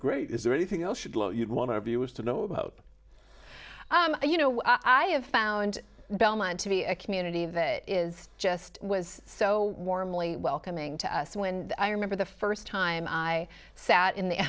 great is there anything you'd want to abuse to know about you know i have found belmont to be a community that is just was so warmly welcoming to us when i remember the first time i sat in the